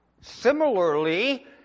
Similarly